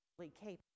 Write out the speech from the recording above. capable